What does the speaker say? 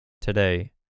today